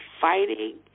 fighting